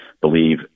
believe